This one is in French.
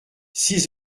six